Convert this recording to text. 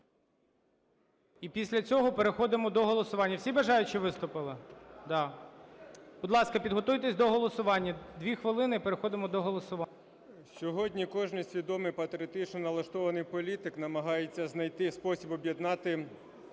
І після цього переходимо до голосування. Всі бажаючі виступили? Будь ласка, підготуйтесь до голосування, 2 хвилини - і переходимо до голосування. 14:31:25 ЗАГОРОДНІЙ Ю.І. Сьогодні кожен свідомий, патріотично налаштований політик намагається знайти спосіб об'єднати